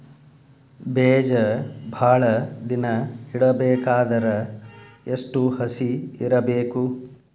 ಬೇಜ ಭಾಳ ದಿನ ಇಡಬೇಕಾದರ ಎಷ್ಟು ಹಸಿ ಇರಬೇಕು?